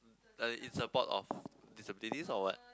like in support of disabilities or what